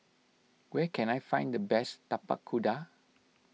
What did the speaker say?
where can I find the best Tapak Kuda